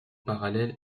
parallèle